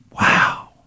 Wow